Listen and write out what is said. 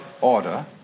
order